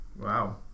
wow